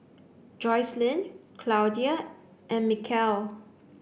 Joseline Claudia and Mikeal